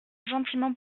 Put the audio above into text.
gentiment